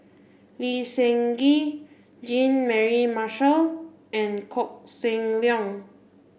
Lee Seng Gee Jean Mary Marshall and Koh Seng Leong